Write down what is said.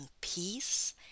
peace